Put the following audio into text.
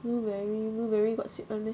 blueberry blueberry got seed [one] meh